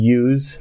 use